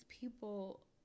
people